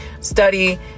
study